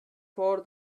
for